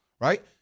right